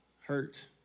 hurt